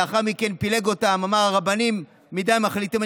ולאחר מכן פילג אותם ואמר: הרבנים מחליטים מדי,